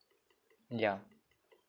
yeah